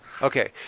Okay